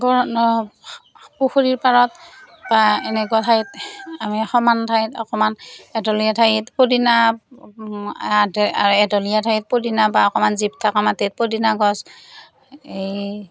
পুখুৰীৰ পাৰত বা এনেকুৱা ঠাইত আমি সমান ঠাইত অকণমান এঢলীয়া ঠাইত পুদিনা এঢলীয় ঠাইত পুদিনা বা অকণমান জীপ থকা মাটিত পুদিনা গছ এই